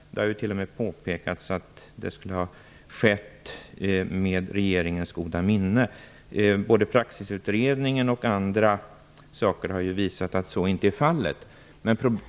Det har ju t.o.m. påpekats att det skulle ha skett med regeringens goda minne. Både Praxisutredningen och annat har visat att så inte är fallet.